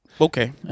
Okay